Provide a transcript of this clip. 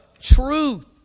truth